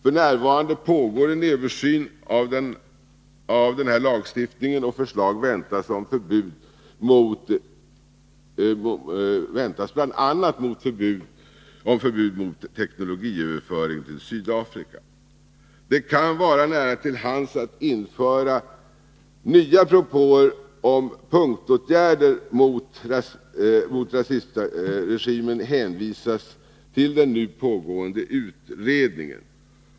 F. n. pågår en översyn av den lagstiftningen, och förslag väntas bl.a. om förbud mot teknologiöverföring till Sydafrika. Det kan vara nära till hands att nya propåer om punktåtgärder mot rasistregimen hänvisas till den pågående utredningen.